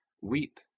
weep